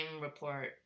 report